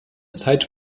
zeit